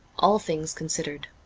all things considered